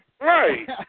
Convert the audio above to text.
Right